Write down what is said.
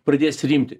pradės rimti